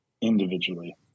individually